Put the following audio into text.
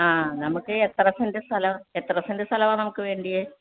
ആ നമുക്ക് എത്ര സെൻറ് സ്ഥലം എത്ര സെൻറ് സ്ഥലമാണ് നമുക്ക് വേണ്ടത്